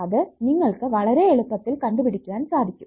അത് നിങ്ങൾക്ക് വളരെ എളുപ്പത്തിൽ കണ്ടുപിടിക്കുവാൻ സാധിക്കും